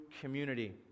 community